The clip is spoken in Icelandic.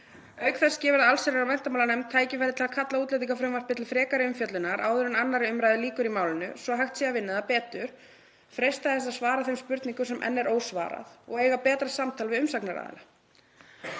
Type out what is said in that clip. Auk þess gefur það allsherjar- og menntamálanefnd tækifæri til að kalla útlendingafrumvarpið til frekari umfjöllunar áður en 2. umr. lýkur í málinu svo hægt sé að vinna það betur og freista þess að svara þeim spurningum sem enn er ósvarað og eiga betra samtal við umsagnaraðila.“